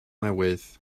newydd